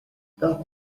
that